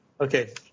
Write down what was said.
okay